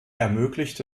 ermöglichte